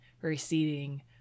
receding